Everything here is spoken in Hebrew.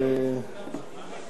אדוני